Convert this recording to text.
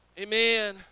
Amen